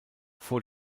vor